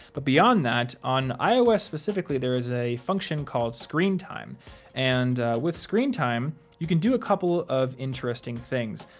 but beyond that, on ios specifically, there is a function called screen time and with screen time, you can do a couple of interesting things.